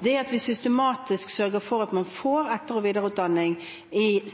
det at vi systematisk sørger for at man får etter- og videreutdanning